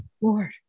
Lord